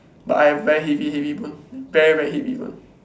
but I've very heavy heavy bone very very heavy bone